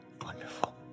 Wonderful